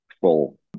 full